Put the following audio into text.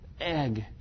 egg